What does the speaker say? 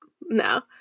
No